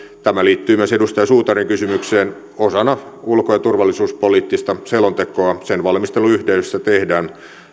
tämä liittyy myös edustaja suutarin kysymykseen osana ulko ja turvallisuuspoliittista selontekoa sen valmistelun yhteydessä tehdään